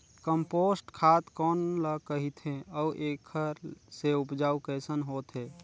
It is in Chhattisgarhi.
कम्पोस्ट खाद कौन ल कहिथे अउ एखर से उपजाऊ कैसन होत हे?